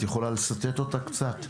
את יכולה לסתת אותה קצת,